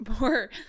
more